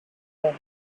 home